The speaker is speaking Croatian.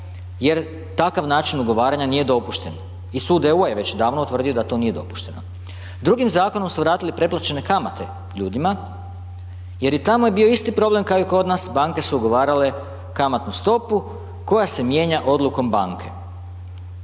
jer takav način ugovaranja nije dopušten i sud EU je već davno utvrdio da to nije dopušteno. Drugim zakonom su vratili preplaćene kamate ljudima jer i tamo je bio isti problem kao i kod nas, banke su ugovarale kamatnu stopu koja se mijenja odlukom banke.